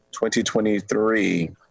2023